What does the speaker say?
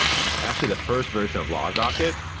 actually, the first version of logrocket,